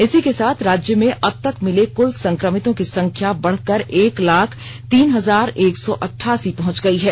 इसी के साथ राज्य में अब तक मिले कुल संक्रमितों की संख्या बढ़कर एक लाख तीन हजार एक सौ अड्डासी पहुंच गई है